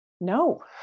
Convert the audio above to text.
No